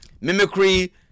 mimicry